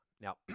Now